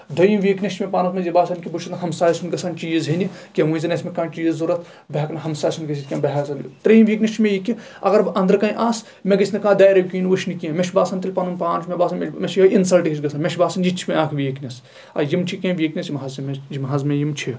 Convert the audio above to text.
دٔیُم ویٖکنیٚس چھ مےٚ پانَس منٛز یہِ باسان کہِ بہٕ چھُس نہٕ ہمسایہِ سُنٛد گژھان چیٖز ہینہِ کیٚنٛہہ ؤنۍ زَن آسہِ مےٚ کانٛہہ چیٖز ضروٗرت بہٕ ہٮ۪کہٕ نہٕ ہمساہہِ سُنٛد گٔژھِتھ کیٚنٛہہ تریِم ویٖکنیس چھ مےٚ یہِ کہِ اَگر بہٕ أنٛدرٕ کنہِ آسہٕ مےٚ گژھِ نہٕ کانٛہہ داریو کِنۍ وٕچھنہِ کیٚنٛہہ مےٚ چھُ باسان پنُن پان چھُ مےٚ باسان تیٚلہِ یِہٕے اِنسلٹ ہِش گژھان مےٚ چھ باسان یہِ تہِ چھ مےٚ اکھ ویٖکنیٚس یِم چھِ کیٚنٛہہ ویٖکنیس یِم حظ چھِ مےٚ یِم حظ مےٚ یِم چھِ